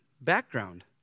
background